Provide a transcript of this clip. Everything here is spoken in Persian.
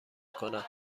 کنم